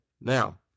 Now